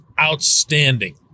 outstanding